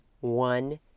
one